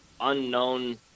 unknown